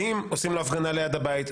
עושים לו הפגנה ליד הבית,